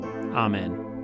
Amen